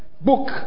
Book